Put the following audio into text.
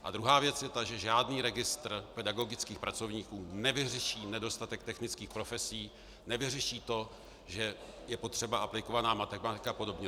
A druhá věc je ta, že žádný registr pedagogických pracovníků nevyřeší nedostatek technických profesí, nevyřeší to, že je potřeba aplikovaná matematika a podobně.